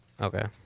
Okay